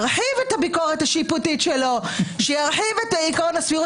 אמרת: שריון לכל חוקי היסוד הקיימים, רשמתי.